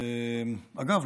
אגב,